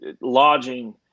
lodging